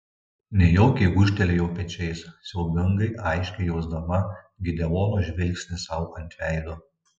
nejaukiai gūžtelėjau pečiais siaubingai aiškiai jausdama gideono žvilgsnį sau ant veido